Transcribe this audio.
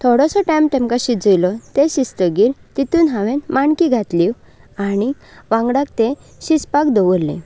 थोडोसो टायम तें शिजयलें तें शिजतकच तातूंत हांवें माणक्यो घातल्यो आनी वांगडाच तें शिजपाक दवरलें